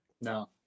No